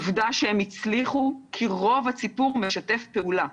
עובדה שהן הצליחו, כי רוב הציבור משתף פעולה.